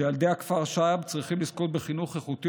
שילדי הכפר שעב צריכים לזכות בחינוך איכותי